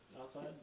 outside